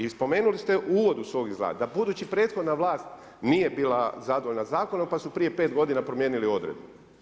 I spomenuli ste u uvodu svog izlaganja, da budući prethodna vlast nije bila zadovoljna zakonom, pa su prije pet godina promijenili odredbu.